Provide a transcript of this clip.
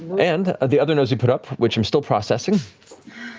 and the other news we put up, which i'm still processing,